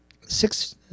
six